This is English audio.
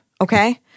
okay